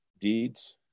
deeds